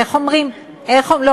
איך אומרים כבר הזיקו לי מספיק.